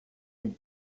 mille